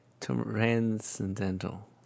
Transcendental